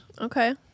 Okay